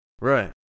Right